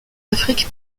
afrique